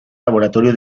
laboratorio